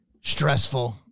stressful